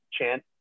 chant